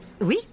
oui